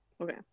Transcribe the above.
Okay